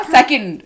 Second